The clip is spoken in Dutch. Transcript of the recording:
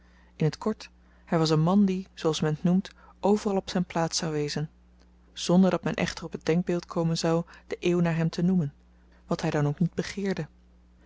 in t kort hy was een man die zooals men t noemt overal op zyn plaats zou wezen zonder dat men echter op t denkbeeld komen zou de eeuw naar hem te noemen wat hy dan ook niet begeerde